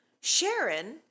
Sharon